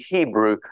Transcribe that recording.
Hebrew